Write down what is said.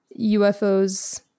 UFOs